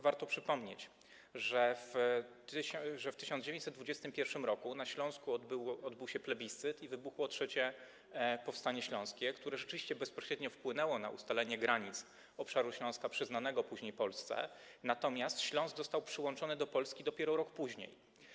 Warto przypomnieć, że w 1921 r. na Śląsku odbył się plebiscyt i wybuchło III powstanie śląskie, które rzeczywiście bezpośrednio wpłynęło na ustalenie granic obszaru Śląska, przyznanego później Polsce, natomiast Śląsk został przyłączony do Polski dopiero rok później.